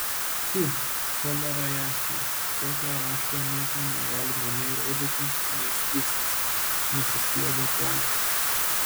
pfu cholera jasna tokio rašto niekam negalima nei rodyti nei skųstis nusispjovė ponas